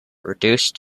reduced